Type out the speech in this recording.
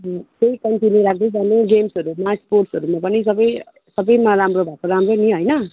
अब त्यही कन्टिन्यु राख्दै जानु गेम्सहरूमा स्पोर्टसहरूमा पनि सबै सबैमा राम्रो भएको राम्रो नि होइन